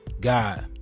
God